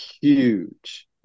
huge